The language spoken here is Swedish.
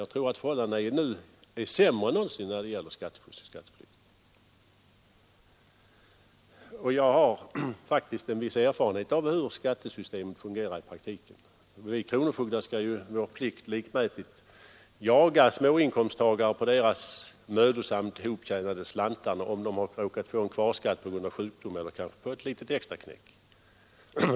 Jag tror att förhållandena nu är sämre än någonsin när det gäller skatteflykt och skattefusk. Jag har viss erfarenhet av hur skattesystemet fungerar i praktiken. Vi kronofogdar skall vår plikt likmätigt jaga småinkomsttagare på deras mödosamt hoptjänade slantar, om de råkat få en kvarskatt på grund av sjukdom eller ett litet extraknäck.